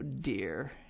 dear